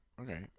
okay